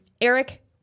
Eric